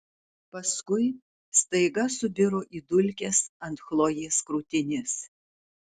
paskui staiga subiro į dulkes ant chlojės krūtinės